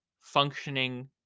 functioning